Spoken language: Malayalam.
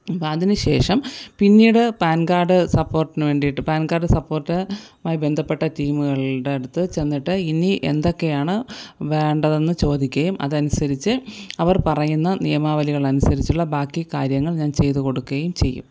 അതിനുശേഷം പിന്നീട് പാൻ കാർഡ് സപ്പോർട്ടിന് വേണ്ടിയിട്ട് പാൻ കാർഡ് സപ്പോർട്ടുമായി ബന്ധപ്പെട്ട് ടീമുകളുടെ അടുത്ത് ചെന്നിട്ട് ഇനി എന്തൊക്കെയാണ് വേണ്ടതെന്ന് ചോദിക്കുകയും അതനുസരിച്ച് അവർ പറയുന്ന നിയമാവലികൾ അനുസരിച്ചുള്ള ബാക്കി കാര്യങ്ങൾ ഞാൻ ചെയ്തുകൊടുക്കുകയും ചെയ്യും